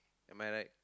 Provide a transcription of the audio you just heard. am I right